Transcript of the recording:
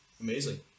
amazing